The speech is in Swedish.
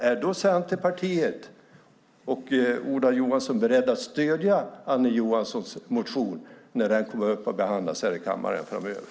Är Centerpartiet och Ola Johansson beredda att stödja Annie Johanssons motion när den kommer upp och behandlas här i kammaren framöver?